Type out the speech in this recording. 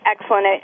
excellent